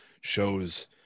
shows